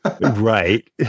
Right